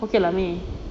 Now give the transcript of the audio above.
okay lah ni